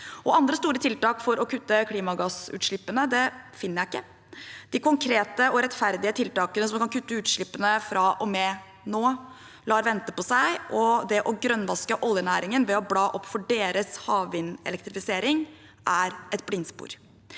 Andre store tiltak for å kutte klimagassutslippene finner jeg ikke. De konkrete og rettferdige tiltakene som kan kutte utslippene fra og med nå, lar vente på seg, og det å grønnvaske oljenæringen ved å bla opp for deres havvindelektrifisering er et blindspor.